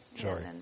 Sorry